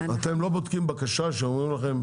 אתם לא בודקים בקשה שאומרים לכם?